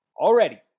already